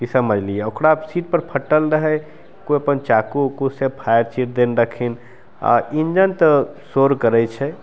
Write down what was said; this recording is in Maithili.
कि समझलिए ओकरा सीटपर फटल रहै कोइ अपन चक्कू उक्कू से फाड़ि चीरि देने रहथिन आओर इन्जन तऽ शोर करै छै